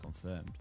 confirmed